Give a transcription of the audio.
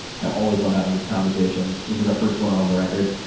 i always love having these conversations. this is our first one on the record.